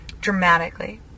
dramatically